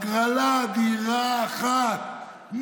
הגרלה על דירה אחת.